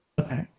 Okay